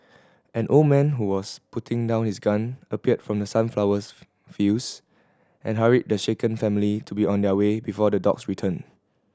an old man who was putting down his gun appeared from the sunflowers fields and hurried the shaken family to be on their way before the dogs return